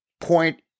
point